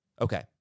Okay